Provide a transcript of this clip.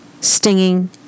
stinging